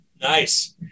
Nice